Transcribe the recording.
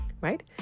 Right